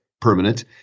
permanent